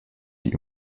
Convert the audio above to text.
die